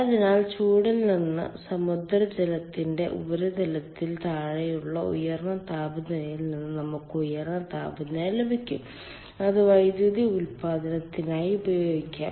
അതിനാൽ ചൂടിൽ നിന്ന് സമുദ്രജലത്തിന്റെ ഉപരിതലത്തിന് താഴെയുള്ള ഉയർന്ന താപനിലയിൽ നിന്ന് നമുക്ക് ഉയർന്ന താപനില ലഭിക്കും അത് വൈദ്യുതി ഉൽപാദനത്തിനായി ഉപയോഗിക്കാം